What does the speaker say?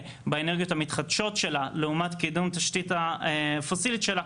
באנרגיות המתחדשות שלה לעומת קידום התשתית הפוסילית שלה,